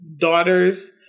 daughters